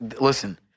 listen